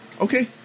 Okay